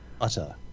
Utter